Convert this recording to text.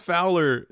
Fowler